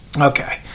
Okay